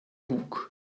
bug